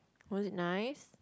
was it nice